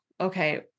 okay